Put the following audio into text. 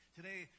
Today